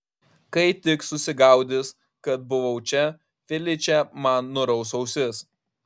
kai tik susigaudys kad buvau čia feličė man nuraus ausis